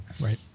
Right